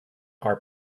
are